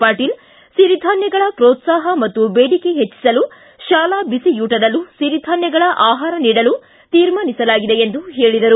ಪಾಟೀಲ ಸಿರಿಧಾನ್ವಗಳ ಪ್ರೋತ್ಸಾಹ ಮತ್ತು ಬೇಡಿಕೆ ಹೆಚ್ಚಸಲು ಶಾಲಾ ಬಿಸಿಯೂಟದಲ್ಲಿ ಸಿರಿಧಾನ್ಯಗಳ ಆಹಾರ ನೀಡಲು ತೀರ್ಮಾನಿಸಲಾಗಿದೆ ಎಂದು ಹೇಳಿದರು